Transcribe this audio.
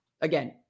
Again